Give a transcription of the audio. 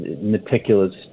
meticulous